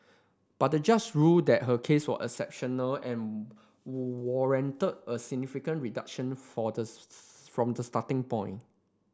but the judge ruled that her case was exceptional and warranted a significant reduction from the starting point